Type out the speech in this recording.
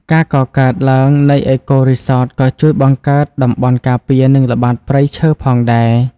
ការកកើតឡើងនៃ អេកូរីសតក៏ជួយបង្កើតតំបន់ការពារនិងល្បាតព្រៃឈើផងដែរ។